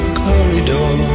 corridor